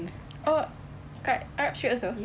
oh kat arab street also